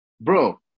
bro